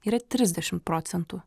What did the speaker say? yra trisdešim procentų